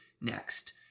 next